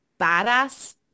badass